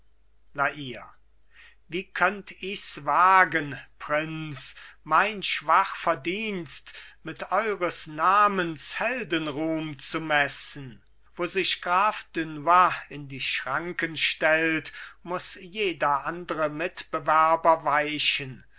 wie könnt ichs wagen prinz mein schwach verdienst mit eures namens heldenruhm zu messen wo sich graf dunois in die schranken stellt muß jeder andre mitbewerber weichen